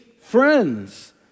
friends